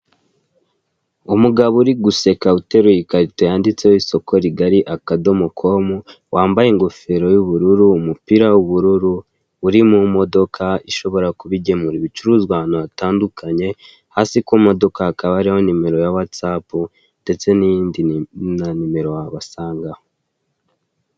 Umugabo uri guseka uteruye ikarito yanditseho isoko rigari akadomo komu, wambaye ingofero y'ubururu, umupira w'ubururu, uri mu modoka ishobora kuba igemuye ibicuruzwa ahantu hatandukanye, hasi ku modoka hakaba hariho nimero ya watsapu ndetse n'indi nimero wabasangaho.